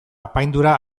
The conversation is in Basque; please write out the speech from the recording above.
apaindura